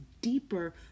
deeper